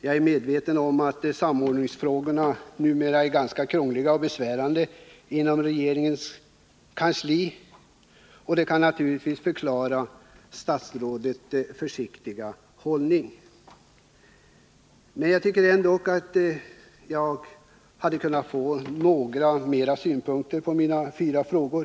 Jag är också medveten om att samordningsfrågorna numera är ganska krångliga och besvärliga inom regeringens kansli. Det kan naturligtvis förklara statsrådets försiktiga hållning. Men jag borde ändock ha kunnat få några fler synpunkter på mina frågor.